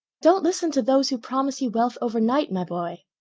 don't listen to those who promise you wealth overnight, my boy.